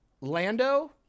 Lando